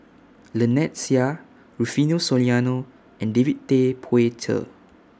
Lynnette Seah Rufino Soliano and David Tay Poey Cher